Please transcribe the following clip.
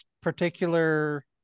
particular